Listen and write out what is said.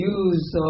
use